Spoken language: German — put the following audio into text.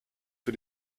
für